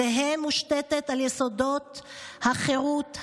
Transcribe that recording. תהא מושתתת על יסודות החירות,